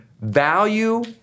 value